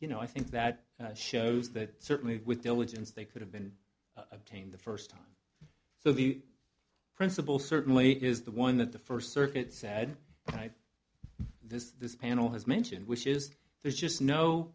you know i think that shows that certainly with diligence they could have been obtained the first time so the principle certainly is the one that the first circuit said and i this this panel has mentioned which is there's just no